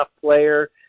player